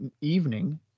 evening